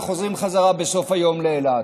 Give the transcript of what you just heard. וחוזרים חזרה בסוף היום לאילת.